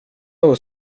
någon